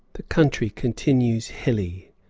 the country continues hilly,